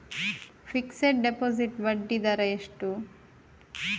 Fixed deposit ಬಡ್ಡಿ ದರ ಎಷ್ಟು?